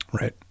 Right